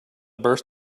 burst